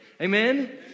Amen